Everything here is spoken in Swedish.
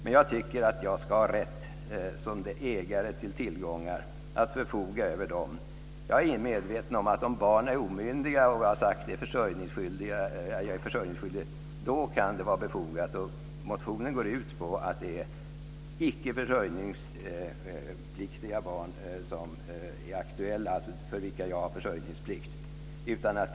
Men jag tycker att jag ska ha rätt som ägare till tillgångar att förfoga över dem. Jag är medveten om att om barnen är omyndiga och jag är försörjningsskyldig kan det vara befogat. Motionen går ut på att det är icke-försörjningspliktiga barn - för vilka jag alltså har försörjningsplikt - som är aktuella.